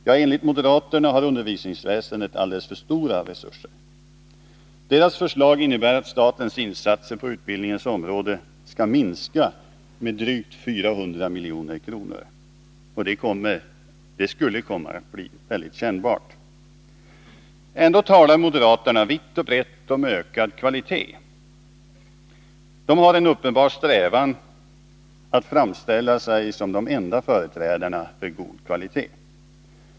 Ja, enligt moderaterna har undervisningsväsendet alldeles för stora resurser. Deras förslag innebär att statens insatser på utbildningens område skall minska med drygt 400 milj.kr. Det skulle komma att bli mycket kännbart. Ändå talar moderaterna vitt och brett om ökad kvalitet. De har en uppenbar strävan att framställa sig som de enda företrädarna för god kvalitet.